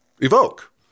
evoke